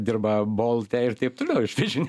dirba bolte ir taip toliau